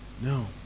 No